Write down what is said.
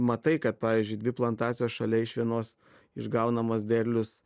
matai kad pavyzdžiui dvi plantacijos šalia iš vienos išgaunamas derlius